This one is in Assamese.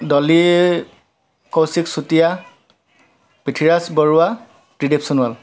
ডলি কৌশিক চুতীয়া পৃথীৰাজ বৰুৱা ত্ৰিদীপ সোণোৱাল